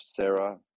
Sarah